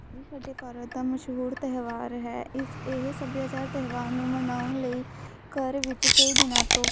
ਸਾਡੇ ਭਾਰਤ ਦਾ ਮਸ਼ਹੂਰ ਤਿਉਹਾਰ ਹੈ ਇਸ ਇਹ ਸੱਭਿਆਚਾਰ ਤਿਉਹਾਰ ਨੂੰ ਮਨਾਉਣ ਲਈ ਘਰ ਵਿੱਚ ਕਈ ਦਿਨਾਂ ਤੋਂ